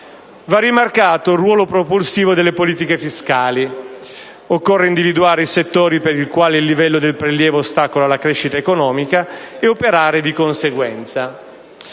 va rimarcato il ruolo propulsivo delle politiche fiscali. Occorre individuare i settori per i quali il livello del prelievo ostacola la crescita economica e operare di conseguenza.